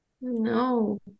No